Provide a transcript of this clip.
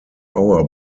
hour